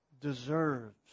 deserves